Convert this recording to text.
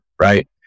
right